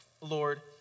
Lord